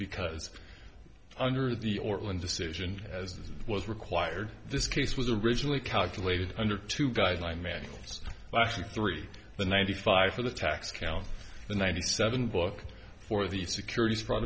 because under the orlan decision as was required this case was originally calculated under two guideline manuals last week three the ninety five for the tax count the ninety seven book for the securities fraud